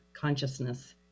consciousness